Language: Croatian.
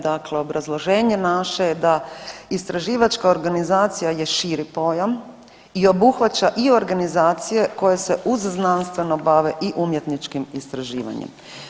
Dakle, obrazloženje naše je da istraživačka organizacija je širi pojam i obuhvaća i organizacije koje se uz znanstveno bave i umjetničkim istraživanjem.